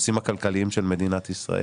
הנושאים הכלכליים של מדינת ישראל.